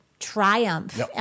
triumph